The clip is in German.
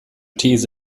these